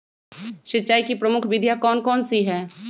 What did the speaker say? सिंचाई की प्रमुख विधियां कौन कौन सी है?